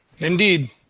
indeed